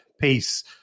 peace